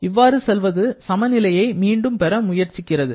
இவ்வாறு செல்வது சமநிலையை மீண்டும் பெற முயற்சிக்கிறது